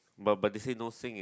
but but they say no singing